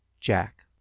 Jack